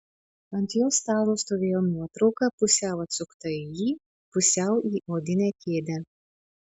ant jo stalo stovėjo nuotrauka pusiau atsukta į jį pusiau į odinę kėdę